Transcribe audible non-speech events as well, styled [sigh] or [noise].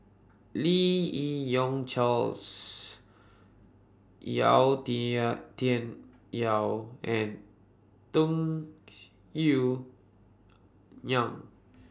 Lim Yi Yong Charles Yau [unintelligible] Tian Yau and Tung [noise] Yue Nang